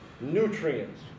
nutrients